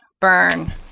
Burn